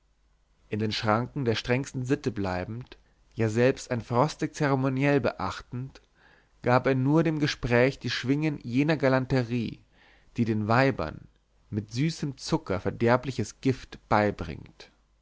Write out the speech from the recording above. in den schranken der strengsten sitte bleibend ja selbst ein frostig zeremoniell beachtend gab er nur dem gespräch die schwingen jener galanterie die den weibern mit süßem zucker verderbliches gift beibringt